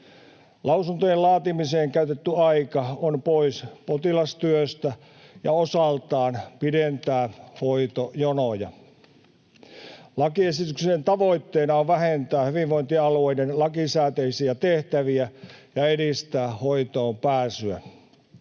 Lausuntojen laatimiseen käytetty aika on pois potilastyöstä ja osaltaan pidentää hoitojonoja. Lakiesityksen tavoitteena on vähentää hyvinvointialueiden lakisääteisiä tehtäviä ja edistää hoitoonpääsyä.